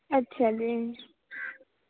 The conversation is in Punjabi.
ਅੱਛਾ ਜੀ